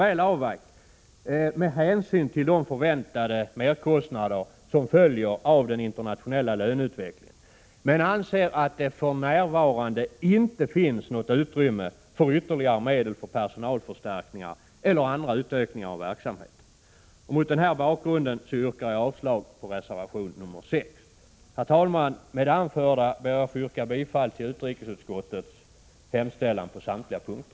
väl avvägt med hänsyn till de förväntade merkostnader som följer av den internationella löneutvecklingen, men anser inte att det för närvarande finns något utrymme för ytterligare medel för personalförstärkningar eller andra utökningar av verksamheten. Mot denna bakgrund yrkar jag avslag på reservation 6. Herr talman! Med det anförda ber jag att få yrka bifall till utrikesutskottets hemställan på samtliga punkter.